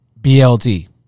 BLT